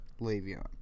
Le'Veon